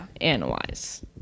analyze